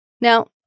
Now